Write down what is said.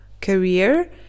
career